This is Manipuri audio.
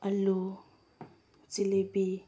ꯑꯂꯨ ꯖꯤꯂꯤꯕꯤ